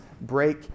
break